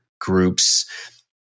groups